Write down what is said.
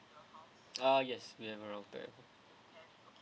uh yes we have a router